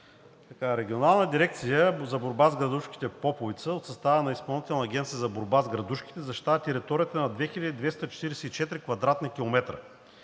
Регионалната дирекция за борба с градушките в Поповица от състава на Изпълнителната агенция „Борба с градушките“ защитава територията на 2244 кв. км.